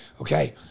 Okay